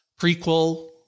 prequel